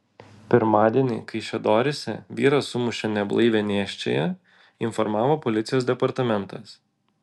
pirmadienį kaišiadoryse vyras sumušė neblaivią nėščiąją informavo policijos departamentas